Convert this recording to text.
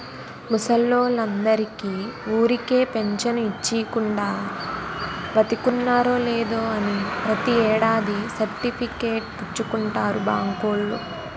ముసలోల్లందరికీ ఊరికే పెంచను ఇచ్చీకుండా, బతికున్నారో లేదో అని ప్రతి ఏడాది సర్టిఫికేట్ పుచ్చుకుంటారు బాంకోల్లు